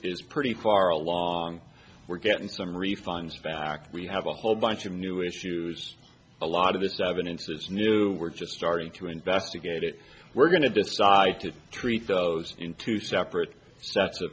is pretty far along we're getting some refunds back we have a whole bunch of new issues a lot of the seven into this new we're just starting to investigate it we're going to decide to treat those in two separate sets of